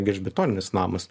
gelžbetoninis namas